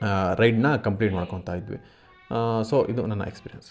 ರೈಡ್ನ complete ಮಾಡ್ಕೊಳ್ತಾ ಇದ್ವಿ so ಇದು ನನ್ನ ಎಕ್ಸ್ಪೀರಿಯನ್ಸು